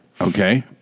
Okay